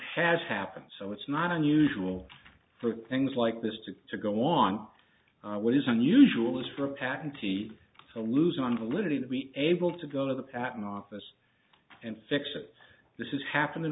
has happened so it's not unusual for things like this to to go on what is unusual is for a patentee to lose on validity to be able to go to the patent office and fix it this is happening